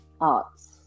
arts